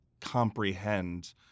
comprehend